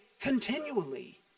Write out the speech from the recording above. continually